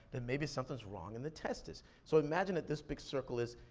than maybe something's wrong in the testes. so imagine that this big circle is,